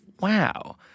wow